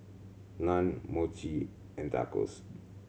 Naan Mochi and Tacos